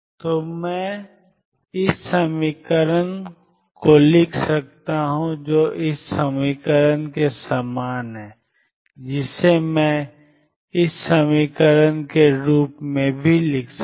तो मैं πxL sin πxL πxL लिख सकता हूं जो sin πxL 121 cos 2πxL के समान है जिसे मैं 112sin πxL 12sin πxL cos 2πxL के रूप में लिख सकता हूं